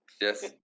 Yes